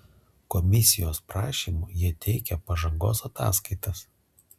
komisijos prašymu jie teikia pažangos ataskaitas